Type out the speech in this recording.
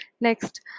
next